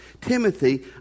Timothy